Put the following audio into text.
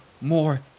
more